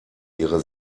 ihre